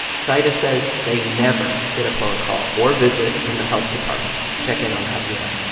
zaida says they never get a phone call or visit from the health department to check in on javier.